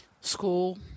School